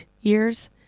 years